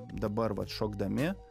dabar vat šokdami